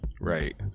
Right